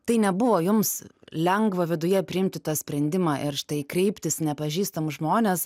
tai nebuvo jums lengva viduje priimti tą sprendimą ir štai kreiptis į nepažįstamus žmones